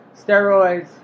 steroids